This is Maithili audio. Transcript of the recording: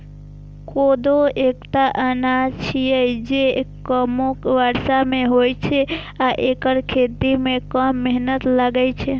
कोदो एकटा अनाज छियै, जे कमो बर्षा मे होइ छै आ एकर खेती मे कम मेहनत लागै छै